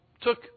took